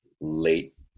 late